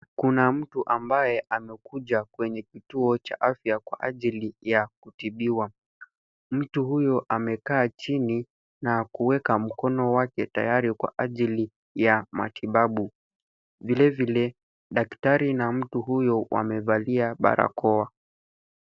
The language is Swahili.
Kuna mtu ambaye amekuja kwenye kituo cha afya kwa ajili ya kutibiwa. Mtu huyo amekaa chini na kuweka mkono wake tayari kwa ajili ya matibabu. Vile vile, daktari na mtu huyo wamevalia barakoa.